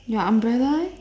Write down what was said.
your umbrella leh